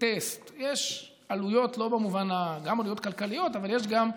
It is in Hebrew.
וטסט יש עלויות, גם עלויות כלכליות, אבל יש גם,